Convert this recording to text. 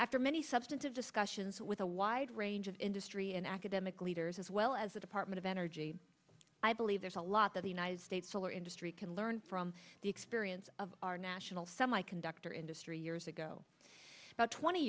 after many substantive discussions with a wide range of industry and academic leaders as well as the department of energy i believe there's a lot that the united states solar industry can learn from the experience of our national semiconductor industry years ago about twenty